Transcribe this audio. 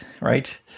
Right